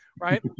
Right